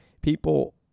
people